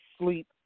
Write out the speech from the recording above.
sleep